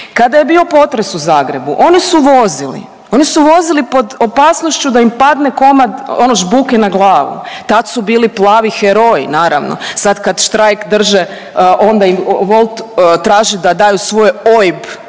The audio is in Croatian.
Kada je bio potres u Zagrebu, oni su vozili. Oni su vozili pod opasnošću da im padne komad, ono, žbuke na glavu. Tad su bili plavi heroji, naravno, sad kad štrajk drže, onda im Wolt traži da daju svoje OIB,